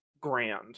grand